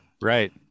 right